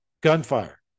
gunfire